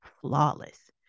flawless